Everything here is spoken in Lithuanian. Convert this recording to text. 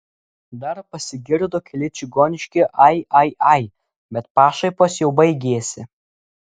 dar pasigirdo keli čigoniški ai ai ai bet pašaipos jau baigėsi